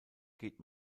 geht